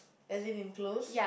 as in in close